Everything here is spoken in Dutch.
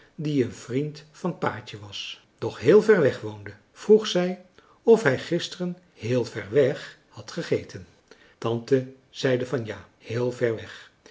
die een vriend van paatje was doch heel ver weg woonde vroeg zij of hij gisteren heel ver weg had gegeten tante zeide van ja heel ver weg